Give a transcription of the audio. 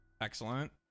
Excellent